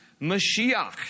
Mashiach